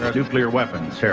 ah nuclear weapons.